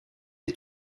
est